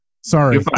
sorry